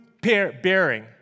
bearing